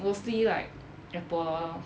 mostly like apple lor